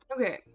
Okay